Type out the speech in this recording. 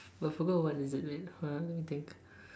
but I forgot what is it named wait ah let me think